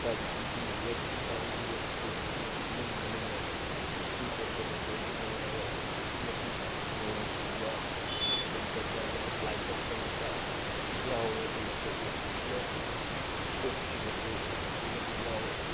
ꯒꯥꯔꯤꯁꯤꯁꯨ weight ꯒꯥꯔꯤꯒꯤ ꯋꯦꯠꯀꯤꯁꯨ ꯑꯗꯨꯛꯀꯤ ꯃꯇꯤꯛ ꯂꯨꯝꯕꯅꯤꯅ ꯎꯈ꯭ꯔꯨꯜ ꯆꯠꯄꯗꯁꯨ ꯑꯗꯨ ꯃꯉꯥꯏꯔꯦ ꯑꯗꯨꯛꯀꯤ ꯃꯇꯤꯛ ꯅꯣꯡ ꯆꯨꯕ ꯂꯩꯈꯣꯝ ꯊꯣꯛꯄ ꯂꯦꯟꯁ꯭ꯂꯥꯏꯠ ꯇꯧꯁꯤꯜꯂꯛꯄ ꯑꯗꯨꯛꯀꯤ ꯃꯇꯤꯛ ꯌꯥꯎꯋꯦ ꯑꯗꯨꯅ ꯑꯩꯈꯣꯏꯗ ꯌꯥꯝꯊꯤꯅ ꯁꯣꯛꯈꯤꯕꯁꯨ ꯑꯗꯨꯛꯀꯤ ꯃꯇꯤꯛ ꯌꯥꯎꯋꯦ